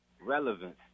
relevance